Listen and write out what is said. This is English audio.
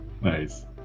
nice